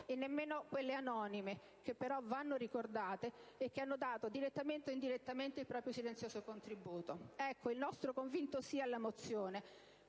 famose né quelle anonime, che però vanno ricordate e che hanno dato, direttamente o indirettamente, il proprio silenzioso contributo. Ecco, con il nostro convinto sì alla mozione